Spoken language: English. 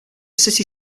centre